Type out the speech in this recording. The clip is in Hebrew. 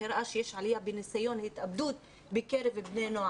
אנחנו צריכים לחשוב מה ההתערבות הנכונה לעשות עם אותו ילד.